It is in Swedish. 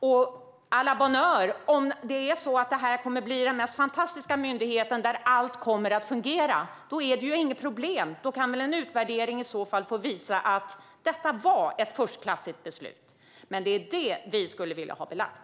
À la bonne heure - om det är så att det här kommer att bli den mest fantastiska myndigheten där allt kommer att fungera är det ju inget problem. Då kan en utvärdering i så fall få visa att detta var ett förstklassigt beslut. Men det är detta vi skulle vilja ha belagt.